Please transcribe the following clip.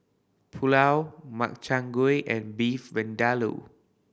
Pulao Makchang Gui and Beef Vindaloo